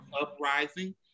Uprising